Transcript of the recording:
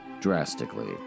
Drastically